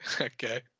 okay